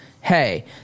hey